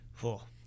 Cool